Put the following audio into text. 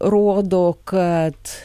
rodo kad